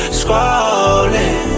scrolling